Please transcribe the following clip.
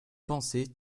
pensée